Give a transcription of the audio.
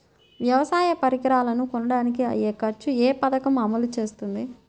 వ్యవసాయ పరికరాలను కొనడానికి అయ్యే ఖర్చు ఏ పదకము అమలు చేస్తుంది?